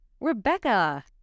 Rebecca